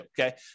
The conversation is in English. okay